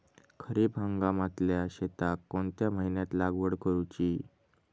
खरीप हंगामातल्या शेतीक कोणत्या महिन्यात लागवड करूची?